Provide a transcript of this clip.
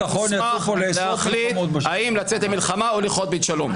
מוסמך להחליט האם לצאת למלחמה או לכרות ברית שלום.